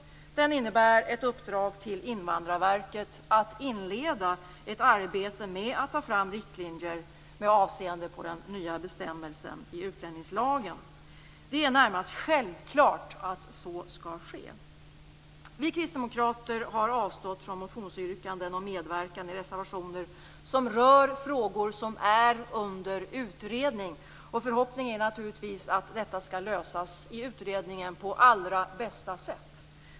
Den innebär ett uppdrag till Invandrarverket att inleda ett arbete med att ta fram riktlinjer med avseende på den nya bestämmelsen i utlänningslagen. Det är närmast självklart att så skall ske. Vi kristdemokrater har avstått från motionsyrkanden och medverkan i reservationer som rör frågor som är under utredning. Vår förhoppning är naturligtvis att dessa skall lösas i utredningen på allra bästa sätt.